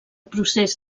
procés